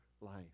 life